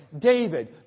David